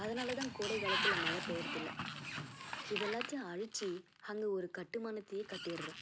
அதனால் தான் கோடைக்காலத்தில் மழை பெய்கிறது இல்லை இது எல்லாத்தையும் அழித்து அங்கே ஒரு கட்டுமானத்தையே கட்டிடுறோம்